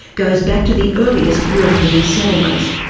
goes back to the earliest european settlement.